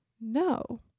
No